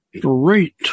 great